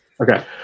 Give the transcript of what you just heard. Okay